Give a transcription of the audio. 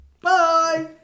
bye